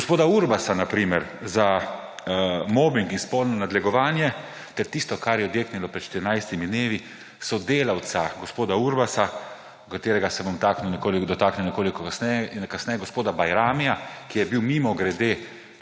gospoda Urbasa na primer za mobing in spolno nadlegovanje ter tisto, kar je odjeknilo pred 14 dnevi, sodelavca gospoda Urbasa, katerega se bom dotaknil nekoliko kasneje, gospoda Bajramija, ki je bil mimogrede